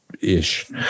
ish